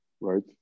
right